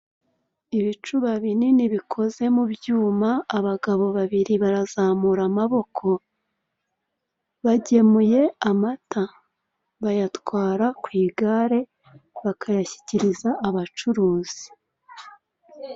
Ibicuba binini bikoze mu byuma, abagabo babiri barazamura amaboko. Bagemuye amata. Bayatwata ku igare bakayashyikiriza abacuruzi.